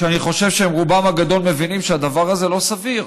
כשאני חושב שרובם הגדול מבינים שהדבר הזה לא סביר.